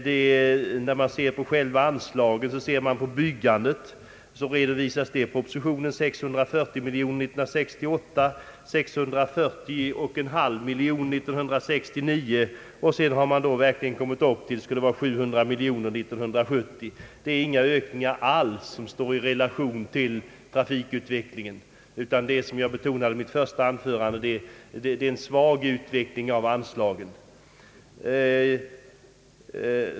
Beträffande anslagen till vägbyggandet uppfördes i statsverkspropositionen år 1968 640 miljoner kronor, år 1969 640,5 miljoner kronor och sedan har man kommit upp till att det skall bli 700 miljoner kronor år 1970. Dessa ökningar står inte alls i relation till trafikutvecklingen utan innebär, som jag betonade i mitt första anförande, endast en svag ökning av anslagen.